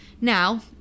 Now